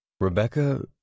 Rebecca